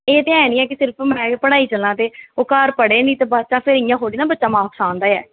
ते एह् ऐ निं ऐ की सिर्फ में पढ़ाई चलां ते ओह् घर पढ़े निं ते बस इंया थह्ड़े बच्चा मार्कस आह्नंदा ऐ